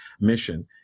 mission